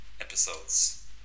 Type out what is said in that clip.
episodes